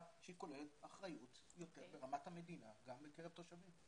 שכוללת אחריות יותר ברמת המדינה גם בקרב תושבים.